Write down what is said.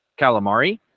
calamari